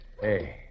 Hey